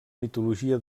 mitologia